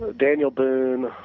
daniel boone,